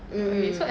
mm mm mm